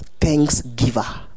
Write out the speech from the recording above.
thanksgiver